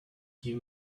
give